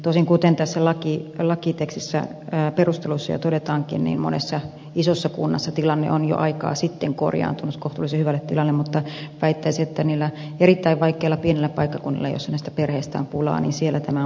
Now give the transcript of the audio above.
tosin kuten tässä lakitekstissä perusteluissa jo todetaankin monessa isossa kunnassa tilanne on jo aikaa sitten korjaantunut kohtuullisen hyväksi mutta väittäisin että niillä erittäin vaikeilla pienillä paikkakunnilla joissa näistä perheistä on pulaa tämä on merkittävä signaali